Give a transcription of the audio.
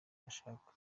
bashaka